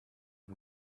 dem